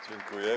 Dziękuję.